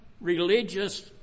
religious